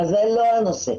אבל זה לא הנושא.